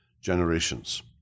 generations